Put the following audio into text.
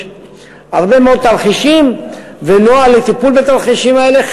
יש הרבה מאוד תרחישים ולא היה טיפול בתרחישים האלה.